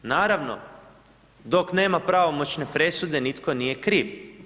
Naravno dok nema pravomoćne presude nitko nije kriv.